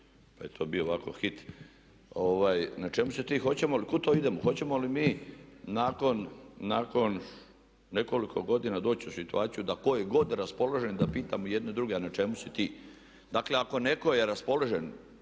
pa je to bio ovako hit, na čemu si ti, hoćemo li, kuda to idemo. Hoćemo li mi nakon nekoliko godina doći u situaciju da tko je god raspoložen da pitamo jedni druge a na čemu si ti? Dakle ako netko je raspoložen,